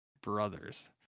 brothers